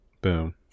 Boom